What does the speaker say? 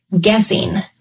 guessing